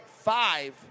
five